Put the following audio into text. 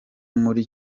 muri